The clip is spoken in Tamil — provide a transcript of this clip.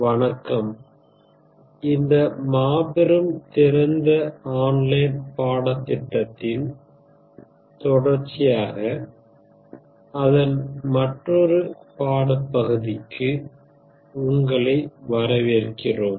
வணக்கம் இந்த மாபெரும் திறந்த ஆன்லைன் பாடத்திட்டத்தின் தொடர்ச்சியாக அதன் மற்றொரு பாடப்பகுதிக்கு உங்களை வரவேற்கிறோம்